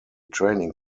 training